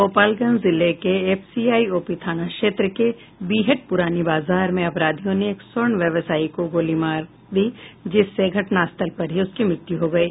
गोपालगंज जिले के FCI OP थाना क्षेत्र के बिहट पुरानी बाजार में अपराधियों ने एक स्वर्ण व्यावसायी को गोली मार दी जिससे घटना स्थल पर ही उसकी मौत हो गयी